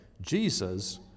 Jesus